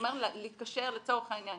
לצורך העניין,